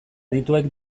adituek